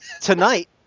tonight